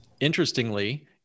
Interestingly